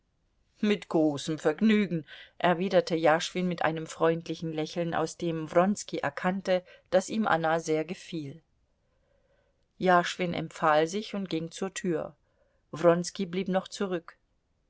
mit großem vergnügen erwiderte jaschwin mit einem freundlichen lächeln aus dem wronski erkannte daß ihm anna sehr gefiel jaschwin empfahl sich und ging zur tür wronski blieb noch zurück